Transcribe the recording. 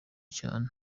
cane